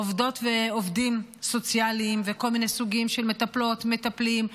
עובדות ועובדים סוציאליים וכל מיני סוגים של מטפלות ומטפלים,